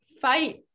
fight